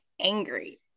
angry